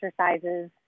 exercises